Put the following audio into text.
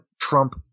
Trump